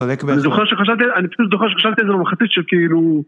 אני זוכר שחשבתי, אני פשוט זוכר שחשבתי על זה במחצית שכאילו...